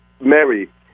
Mary